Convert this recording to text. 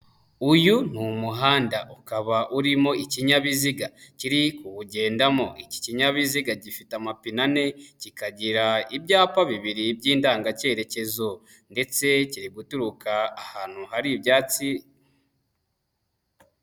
Uyu ni umuhanda ukaba urimo ikinyabiziga kiri kuwugendamo, iki kinyabiziga gifite amapine ane, kikagira ibyapa bibiri by'indangakerekezo ndetse kiri guturuka ahantu hari ibyatsi.